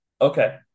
Okay